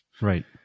Right